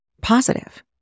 positive